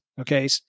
okay